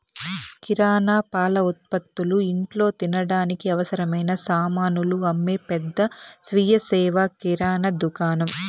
కిరణా, పాల ఉత్పతులు, ఇంట్లో తినడానికి అవసరమైన సామానులు అమ్మే పెద్ద స్వీయ సేవ కిరణా దుకాణం